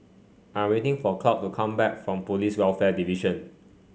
I'm waiting for Claud to come back from Police Welfare Division